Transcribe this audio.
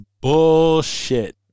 bullshit